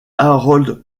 harold